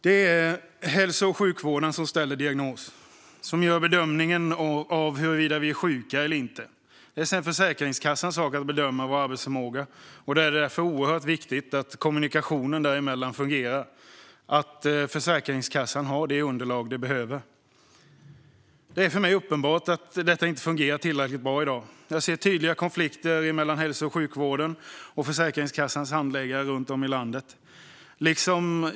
Det är hälso och sjukvården som ställer diagnos och som gör bedömningen av huruvida vi är sjuka eller inte. Det är sedan Försäkringskassans sak att bedöma vår arbetsförmåga, och det är därför oerhört viktigt att kommunikationen däremellan fungerar och att Försäkringskassan har det underlag de behöver. Det är för mig uppenbart att detta inte fungerar tillräckligt bra i dag. Jag ser tydliga konflikter mellan hälso och sjukvården och Försäkringskassans handläggare runt om i landet.